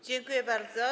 Dziękuję bardzo.